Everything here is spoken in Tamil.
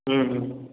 ம் ம்